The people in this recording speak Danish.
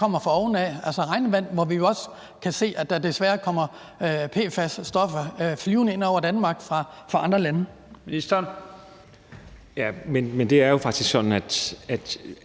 der kommer fra oven, altså regnvand, hvor vi jo også kan se, at der desværre kommer PFAS-stoffer flyvende ind over Danmark fra andre lande? Kl. 13:00 Første næstformand